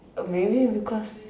maybe because